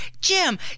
Jim